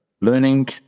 Learning